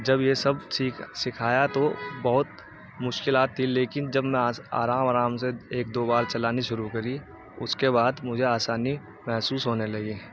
جب یہ سب سیکھ سکھایا تو بہت مشکلات تھی لیکن جب میں آس آرام آرام سے ایک دو بار چلانی شروع کری اس کے بعد مجھے آسانی محسوس ہونے لگی